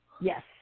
Yes